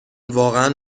واقعا